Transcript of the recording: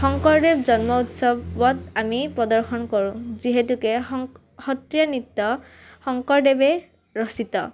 শংকৰদেৱ জন্ম উৎসৱত আমি প্ৰদৰ্শন কৰোঁ যিহেতুকে সং সত্ৰীয়া নৃত্য শংকৰদেৱে ৰচিত